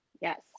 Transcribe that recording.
Yes